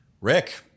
Rick